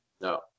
No